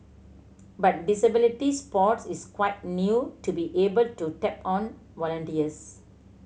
but disability sports is quite new to be able to tap on volunteers